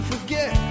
forget